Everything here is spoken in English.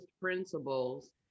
principles